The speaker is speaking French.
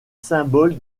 symbole